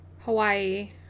Hawaii